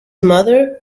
mother